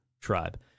Tribe